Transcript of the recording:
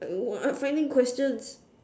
err what finding questions